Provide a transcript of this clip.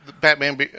batman